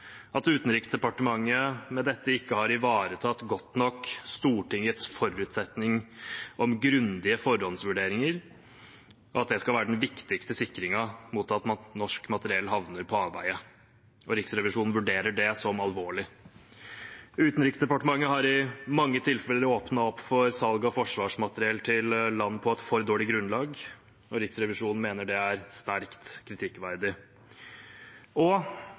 at Utenriksdepartementet med dette ikke har ivaretatt godt nok Stortingets forutsetning om grundige forhåndsvurderinger, og at det skal være den viktigste sikringen mot at norsk materiell havner på avveier. Riksrevisjonen vurderer det som alvorlig. Utenriksdepartementet har i mange tilfeller åpnet for salg av forsvarsmateriell til land på et for dårlig grunnlag, noe Riksrevisjonen mener er sterkt kritikkverdig, og